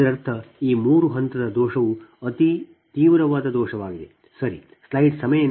ಆದ್ದರಿಂದ ಇದರರ್ಥ ಈ ಮೂರು ಹಂತದ ದೋಷವು ಅತ್ಯಂತ ತೀವ್ರವಾದ ದೋಷವಾಗಿದೆ ಸರಿ